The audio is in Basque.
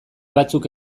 batzuk